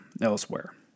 elsewhere